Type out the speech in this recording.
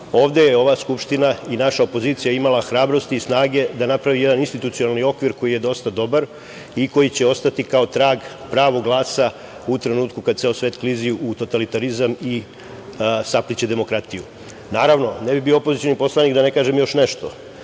ovde je ova Skupština i naša opozicija imala hrabrosti i snage da napravi jedan institucionalni okvir koji je dosta dobar i koji će ostati kao trag pravog glasa u trenutku kada ceo svet klizi u totalitarizam i sapliće demokratiju. Naravno, ne bih bio opozicioni poslanik da ne kažem još nešto.